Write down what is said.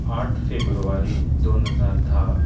आठ फेब्रुवारी दोन हजार धा